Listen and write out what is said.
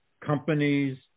companies